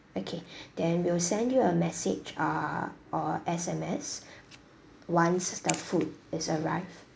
okay then we'll send you a message uh or S_M_S once the food is arrived